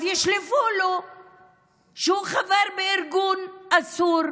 אז ישלפו לו שהוא חבר בארגון אסור.